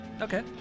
Okay